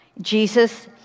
Jesus